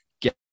get